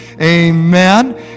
Amen